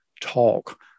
Talk